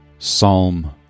Psalm